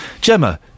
Gemma